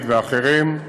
ואחרים.